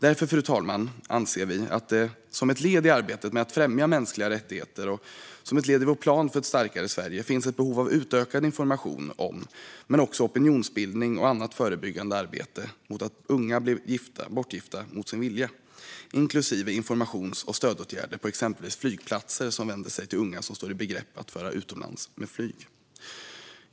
Därför anser vi att det som ett led i arbetet med att främja mänskliga rättigheter och som ett led i vår plan för ett starkare Sverige finns ett behov av utökad information, opinionsbildning och annat förebyggande arbete mot att unga blir bortgifta mot sin vilja. Det inkluderar informations och stödåtgärder på flygplatser som vänder sig till unga som står i begrepp att föras utomlands med flyg.